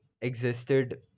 existed